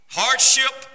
hardship